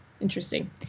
Interesting